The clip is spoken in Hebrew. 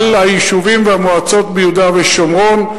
על היישובים ועל המועצות ביהודה ושומרון.